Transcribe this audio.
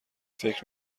فکر